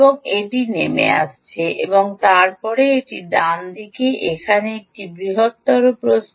এবং এটি নেমে আসছে এবং তারপরে এটি ডানদিকে এখানে একটি বৃহত্তর প্রস্থ